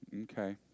Okay